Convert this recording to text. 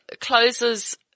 closes